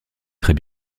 très